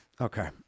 Okay